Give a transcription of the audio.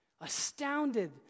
Astounded